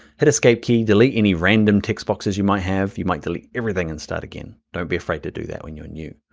hit escape key, delete any random text boxes you might have. you might delete everything and start again. don't be afraid to do that when you're new,